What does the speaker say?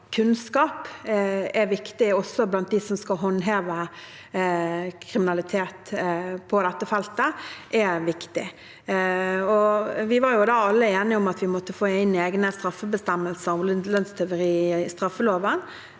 kunnskap er viktig, også blant dem som skal håndheve med hensyn til kriminalitet på dette feltet. Vi var alle enige om at vi måtte få inn egne straffebestemmelser om lønnstyveri i straffeloven,